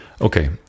Okay